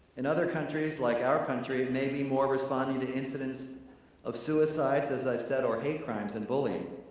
in other countries like our country, it may be more responding to incidents of suicides, as i've said or hate crimes and bullying.